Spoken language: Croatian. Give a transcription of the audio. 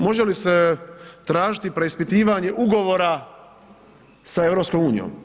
Može li se tražiti preispitivanje ugovora sa EU?